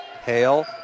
Hale